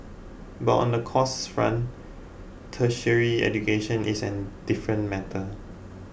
but on the costs front tertiary education is an different matter